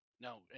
No